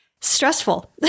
stressful